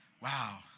Wow